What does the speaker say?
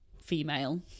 female